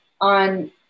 on